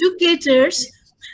educators